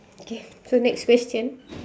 okay so next question